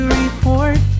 report